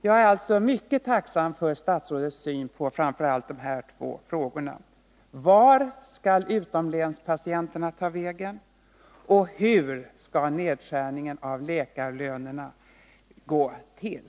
Jag är alltså mycket tacksam för statsrådets syn på framför allt de här två frågorna: Vart skall utomlänspatienterna ta vägen? Hur skall nedskärningen av läkarlönerna gå till?